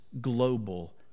global